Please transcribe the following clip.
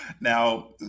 Now